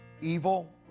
evil